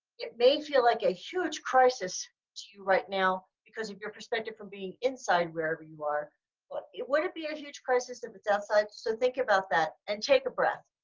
it may feel like a huge crisis to you right now because of your perspective from being inside wherever you are but it wouldn't be a huge crisis if it's outside, so think about that and take a breath.